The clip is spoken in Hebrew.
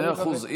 מאה אחוז.